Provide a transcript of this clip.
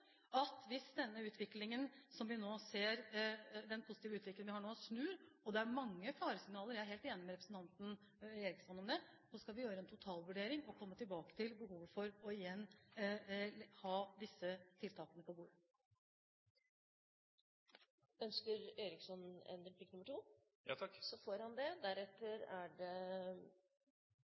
at hvis denne positive utviklingen som vi nå har, snur – og det er mange faresignaler; jeg er helt enig med representanten Eriksson i det – skal vi gjøre en totalvurdering og komme tilbake til behovet for igjen å ha disse tiltakene på bordet. Ønsker Robert Eriksson ordet til en replikk nr. 2 … Ja takk. ... så får han det.